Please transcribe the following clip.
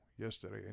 yesterday